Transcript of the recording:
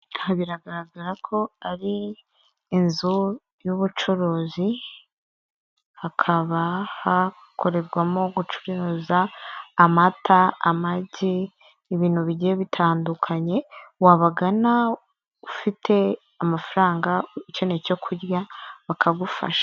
Aha biragaragara ko ari inzu y'ubucuruzi hakaba hakorerwamo gucuruza amata, amagi, ibintu bigiye bitandukanye, wabagana ufite amafaranga ukeneye icyo kurya bakagufasha.